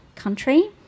country